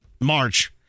March